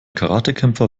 karatekämpfer